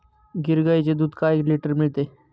गीर गाईचे दूध काय लिटर मिळते?